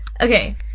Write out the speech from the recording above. Okay